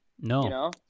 No